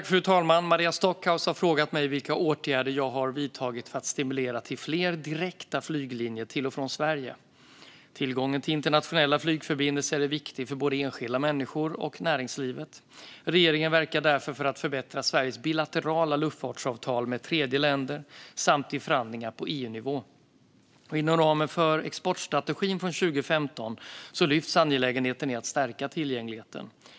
Fru talman! Maria Stockhaus har frågat mig vilka åtgärder jag har vidtagit för att stimulera till fler direkta flyglinjer till och från Sverige. Tillgången till internationella flygförbindelser är viktig för både enskilda människor och näringslivet. Regeringen verkar därför för att förbättra Sveriges bilaterala luftfartsavtal med tredje länder samt i förhandlingar på EU-nivå. Inom ramen för exportstrategin från 2015 lyfts angelägenheten i att stärka tillgängligheten.